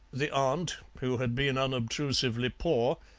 the aunt, who had been unobtrusively poor,